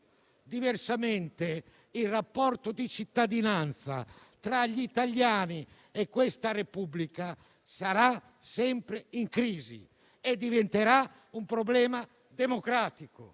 Diversamente, il rapporto di cittadinanza tra gli italiani e questa Repubblica sarà sempre in crisi e diventerà un problema democratico.